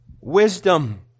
wisdom